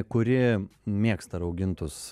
kuri mėgsta raugintus